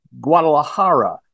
Guadalajara